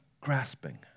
grasping